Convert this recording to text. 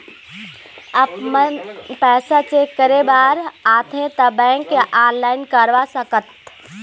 आपमन पैसा चेक करे बार आथे ता बैंक या ऑनलाइन करवा सकत?